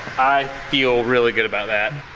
i feel really good about that.